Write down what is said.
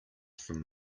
from